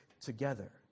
together